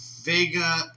Vega